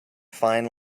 fine